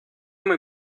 muy